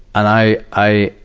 and i, i,